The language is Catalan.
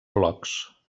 blocs